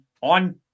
on